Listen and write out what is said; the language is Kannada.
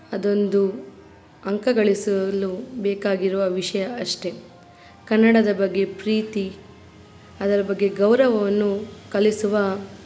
ಅದೊಂದು ಅಂಕ ಗಳಿಸಲು ಬೇಕಾಗಿರುವ ವಿಷಯ ಅಷ್ಟೇ ಕನ್ನಡದ ಬಗ್ಗೆ ಪ್ರೀತಿ ಅದರ ಬಗ್ಗೆ ಗೌರವವನ್ನು ಕಲಿಸುವ